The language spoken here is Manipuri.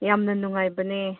ꯌꯥꯝꯅ ꯅꯨꯡꯉꯥꯏꯕꯅꯦ